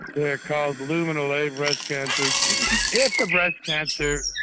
yeah called luminal a breast cancers if a breast cancer,